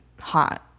hot